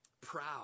Proud